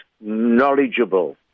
knowledgeable